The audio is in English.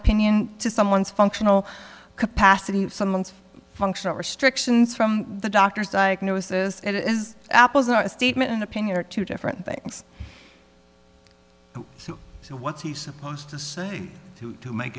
opinion to someone's functional capacity someone's functional restrictions from the doctor's diagnosis it is apple isn't a statement an opinion or two different things so what's he supposed to do to make